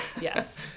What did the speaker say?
Yes